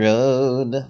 Road